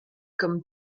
comme